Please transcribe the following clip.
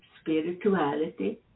spirituality